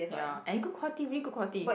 ya and good quality really good quality